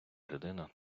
людина